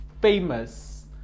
famous